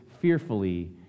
fearfully